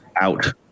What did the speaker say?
out